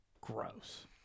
gross